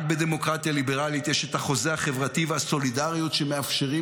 רק בדמוקרטיה ליברלית יש את החוזה החברתי והסולידריות שמאפשרים